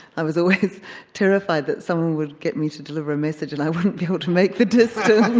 i was always terrified that someone would get me to deliver a message and i wouldn't be able to make the distance.